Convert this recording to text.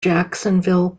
jacksonville